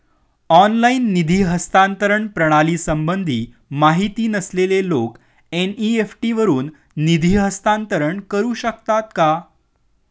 Online निधी हस्तांतरण प्रणालीसंबंधी माहिती नसलेले लोक एन.इ.एफ.टी वरून निधी हस्तांतरण करू शकतात का?